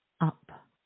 up